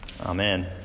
Amen